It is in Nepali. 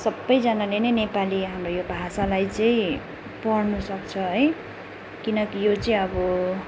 सबैजनाले नै नेपाली हाम्रो यो भाषालाई चाहिँ पढ्नु सक्छ है किनकि यो चाहिँ अब